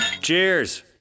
Cheers